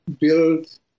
Build